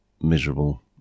miserable